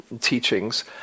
teachings